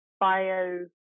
bio